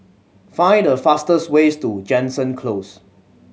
find the fastest ways to Jansen Close